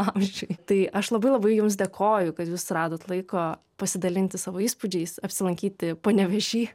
amžiuj tai aš labai labai jums dėkoju kad jūs radot laiko pasidalinti savo įspūdžiais apsilankyti panevėžy